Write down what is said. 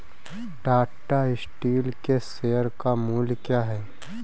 Tata Steel के share का मूल्य क्या है?